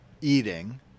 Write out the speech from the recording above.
eating